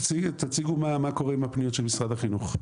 מה קורה עם הפניות של משרד החינוך?